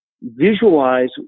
visualize